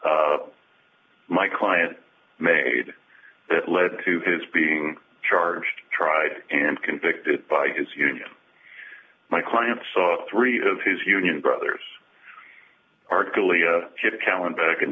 my client made that led to his being charged tried and convicted by his union my client saw three of his union brothers